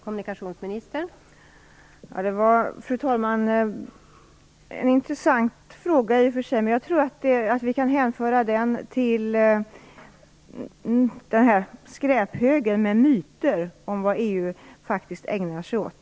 Fru talman! Det är i och för sig en intressant fråga, men jag tror att vi kan hänföra den till skräphögen av myter om vad EU faktiskt ägnar sig åt.